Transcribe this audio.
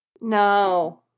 No